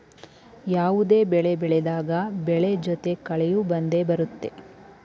ಯಾವುದೇ ಬೆಳೆ ಬೆಳೆದಾಗ ಬೆಳೆ ಜೊತೆ ಕಳೆಯೂ ಬಂದೆ ಬರುತ್ತೆ